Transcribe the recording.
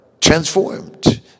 transformed